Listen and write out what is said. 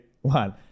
One